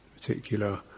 particular